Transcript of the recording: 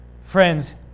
Friends